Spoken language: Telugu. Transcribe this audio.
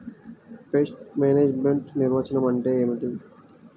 పెస్ట్ మేనేజ్మెంట్ నిర్వచనం ఏమిటి?